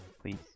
please